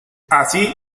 así